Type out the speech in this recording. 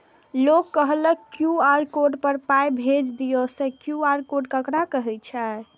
लोग कहलक QR code पर पाय भेज दियौ से क्यू.आर कोड ककरा कहै छै?